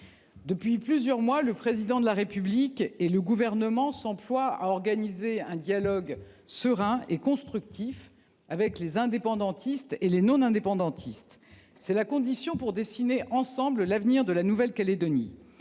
Depuis plusieurs mois, le Président de la République et le Gouvernement s’emploient à organiser un dialogue serein et constructif avec les indépendantistes et les non indépendantistes. C’est la condition pour dessiner ensemble l’avenir de la Nouvelle Calédonie.